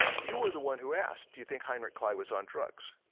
you were the one who asked do you think heinrich kley was on drugs?